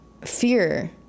fear